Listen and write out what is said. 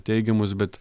teigiamus bet